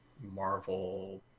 Marvel